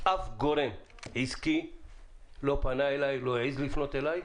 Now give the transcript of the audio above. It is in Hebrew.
אף גורם עסקי לא פנה אליי ולא העז לפנות אליי,